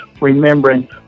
remembering